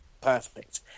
perfect